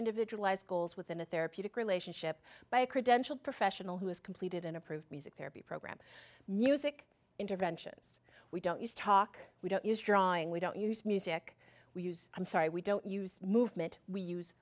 individualized goals within a therapeutic relationship by a credential professional who has completed an approved music therapy program music interventions we don't use talk we don't use drawing we don't use music we use i'm sorry we don't use movement we use